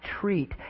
treat